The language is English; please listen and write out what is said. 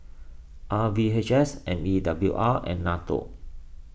R V H S M E W R and Nato